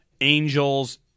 Angels